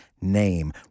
name